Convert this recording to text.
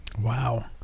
Wow